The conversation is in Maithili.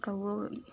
कौओ